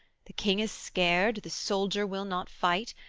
the king is scared, the soldier will not fight,